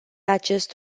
acest